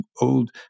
old